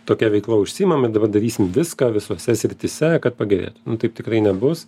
tokia veikla užsiimam ir dabar darysim viską visose srityse kad pagerėtų taip tikrai nebus